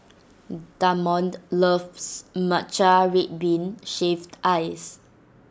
Damond loves Matcha Red Bean Shaved Ice